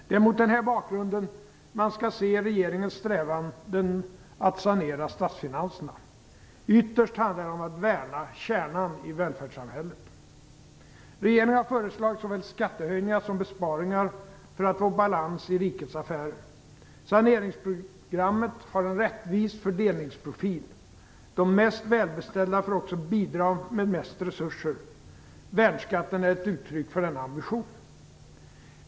Det är mot den här bakgrunden som man skall se regeringens strävanden att sanera statsfinanserna. Ytterst handlar det om att värna kärnan i välfärdssamhället. Regeringen har förslagit såväl skattehöjningar som besparingar för att få balans i rikets affärer. Saneringsprogrammet har en rättvis fördelningsprofil. De mest välbeställda får också bidra med mest resurser. Värnskatten är ett uttryck för denna ambition.